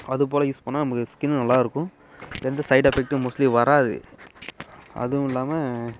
அதுபோல யூஸ் பண்ணிணா நமக்கு ஸ்கின்னு நல்லா இருக்கும் எந்த சைடு எஃபெக்ட்டும் மோஸ்ட்லி வராது அதுவும் இல்லாமல்